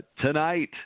tonight